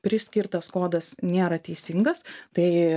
priskirtas kodas nėra teisingas tai